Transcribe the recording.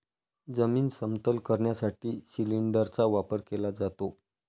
जमीन समतल करण्यासाठी सिलिंडरचा वापर केला जातो